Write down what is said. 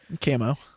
Camo